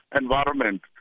environment